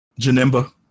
Janimba